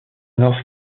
north